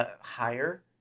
Higher